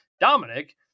Dominic